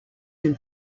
can